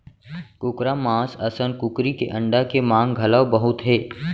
कुकरा मांस असन कुकरी के अंडा के मांग घलौ बहुत हे